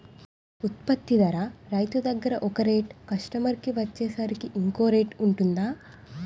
ఉత్పత్తి ధర రైతు దగ్గర ఒక రేట్ కస్టమర్ కి వచ్చేసరికి ఇంకో రేట్ వుంటుందా?